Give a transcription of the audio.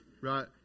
Right